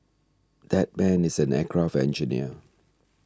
that man is an aircraft engineer